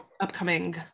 upcoming